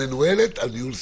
שמנוהלת על ניהול סיכונים.